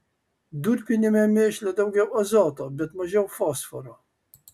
durpiniame mėšle daugiau azoto bet mažiau fosforo